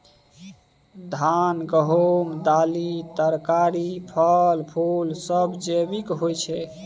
धान, गहूम, दालि, तरकारी, फल, फुल सब जैविक होई छै